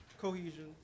cohesion